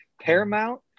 Paramount